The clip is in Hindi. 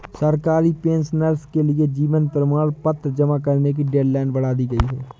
सरकारी पेंशनर्स के लिए जीवन प्रमाण पत्र जमा करने की डेडलाइन बढ़ा दी गई है